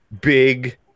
big